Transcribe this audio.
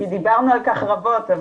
דיברנו על כך רבות.